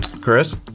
Chris